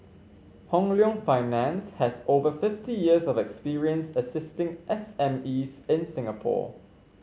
Hong Leong Finance has over fifty years of experience assisting SME's in Singapore